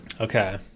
Okay